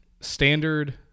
standard